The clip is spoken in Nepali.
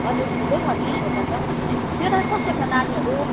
हजुर ठिकै छ नि यता त त्यता कस्तो छ नानीहरू